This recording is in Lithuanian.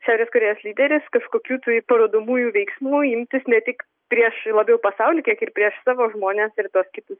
šiaurės korėjos lyderis kažkokių tai parodomųjų veiksmų imtis ne tik prieš labiau pasauį kiek ir prieš savo žmones ir tuos kitus